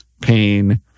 pain